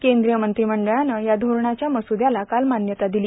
केंद्रीय मंत्रिमंडळानं या धोरणाच्या मस्द्याला काल मान्यता दिली